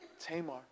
Tamar